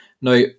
now